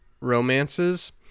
romances